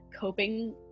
coping